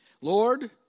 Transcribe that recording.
Lord